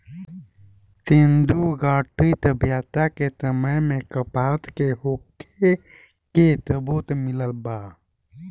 सिंधुघाटी सभ्यता के समय में कपास के होखे के सबूत मिलल बा